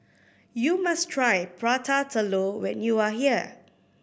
you must try Prata Telur when you are here